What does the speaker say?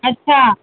अच्छा